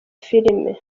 filime